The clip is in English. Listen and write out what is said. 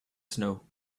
snow